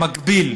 שמגביל